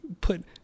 put